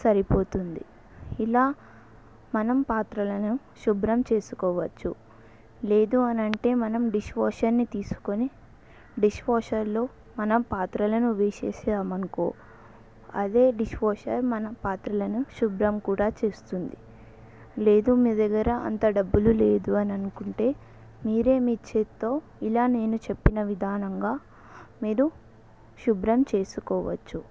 సరిపోతుంది ఇలా మనం పాత్రలను శుభ్రం చేసుకోవచ్చు లేదు అనంటే మనం డిష్ వాషర్ని తీసుకొని డిష్ వాషర్లో మనం పాత్రలను వేసేశామనుకో అదే డిష్ వాషర్ మనం పాత్రలను శుభ్రం కూడా చేస్తుంది లేదు మీ దగ్గర అంత డబ్బులు లేదు అని అనుకుంటే మీరే మీ చేత్తో ఇలా నేను చెప్పిన విధంగా మీరు శుభ్రం చేసుకోవచ్చు